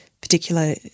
particular